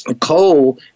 Coal